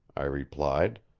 i replied.